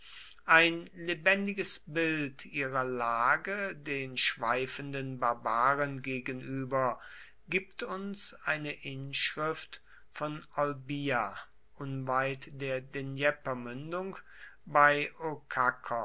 ein lebendiges bild ihrer lage den schweifenden barbaren gegenüber gibt uns eine inschrift von